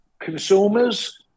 consumers